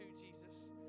Jesus